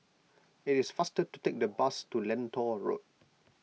it is faster to take the bus to Lentor Road